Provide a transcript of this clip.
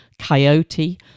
Coyote